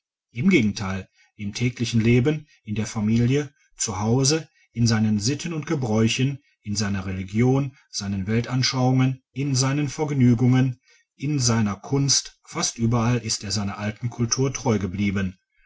im gegenteil im täglichen leben in der familie zu hause in seinen sitten und gebräuchen in seiner religion seinen weltanschauungen in seinen vergnügungen in seiner kunst fast überall ist er seiner alten kultur treu geblieben